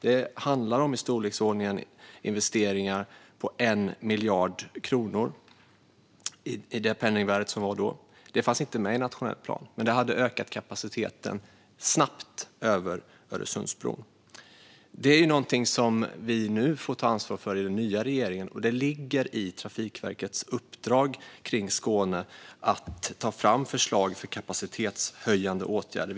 Det handlar om investeringar i storleksordningen 1 miljard kronor i det penningvärde som var då. Detta fanns inte med i den nationella planen, men det hade ökat kapaciteten över Öresundsbron snabbt. Detta får den nya regeringen nu ta ansvar för. Det ligger i Trafikverkets uppdrag för Skåne att ta fram förslag på kapacitetshöjande åtgärder.